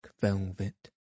velvet